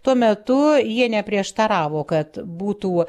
tuo metu jie neprieštaravo kad būtų